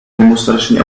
demonstrační